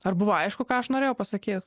ar buvo aišku ką aš norėjau pasakyt